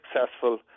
successful